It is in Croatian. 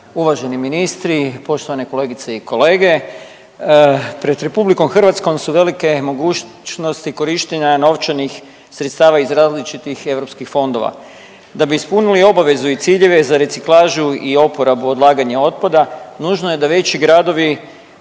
Uvaženi ministri, poštovane kolegice i kolege. Pred RH su velike mogućnosti korištenja novčanih sredstava iz različitih eu fondova, da bi ispunili obavezu i ciljeve za reciklažu i oporabu odlaganja otpada nužno je da veći gradovi